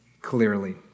clearly